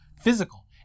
physical